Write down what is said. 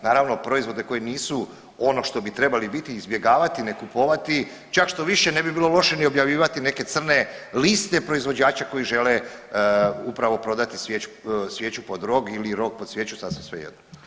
Naravno, proizvode koji nisu ono što bi trebali biti, izbjegavati, ne kupovati, čak štoviše, ne bi bilo loše ni objavljivati neke crne liste proizvođača koji žele upravo prodati svijeću pod rog ili rog pod svijeću, sasvim svejedno.